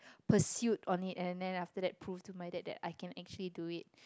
pursued on it and then after that prove to my dad that I can actually do it